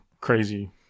crazy